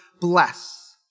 bless